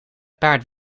paard